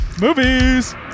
movies